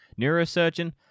Neurosurgeon